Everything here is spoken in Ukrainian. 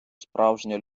справжня